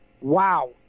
Wow